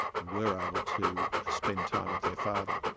and were able to spend time with their father,